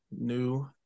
new